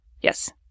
yes